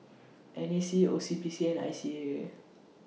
N A C O C B C and I C A